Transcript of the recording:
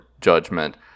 judgment